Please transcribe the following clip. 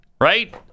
right